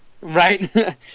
Right